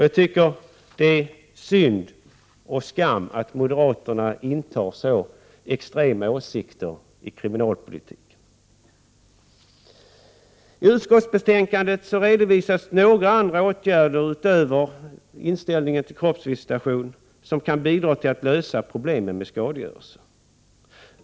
Jag tycker att det är synd och skam att moderaterna intar så extrema åsikter i kriminalpolitiken. I utskottsbetänkandet redovisas, utöver inställningen till kroppsvisitation, några andra åtgärder som kan bidra till att lösa problemen med skadegörelse.